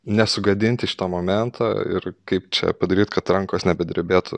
nesugadinti šito momento ir kaip čia padaryt kad rankos nebedrebėtų